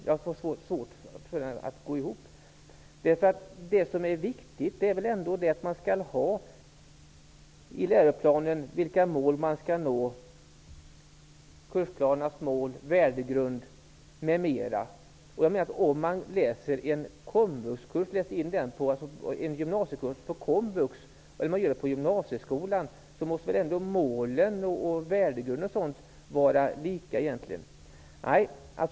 Jag har svårt att få den ekvationen att gå ihop. Det viktiga är väl ändå att det i läroplanen står vilka mål som skall nås, vilka målen för kursplanerna är, vilka värdegrunder som gäller m.m. Oavsett om man läser in en gymnasiekurs på komvux eller på gymnasieskolan måste målen och värdegrunderna vara lika.